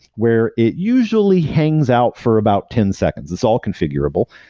where it usually hangs out for about ten seconds. it's all configurable,